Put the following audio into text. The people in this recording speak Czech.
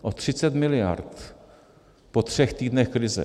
O 30 mld. po třech týdnech krize.